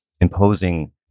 imposing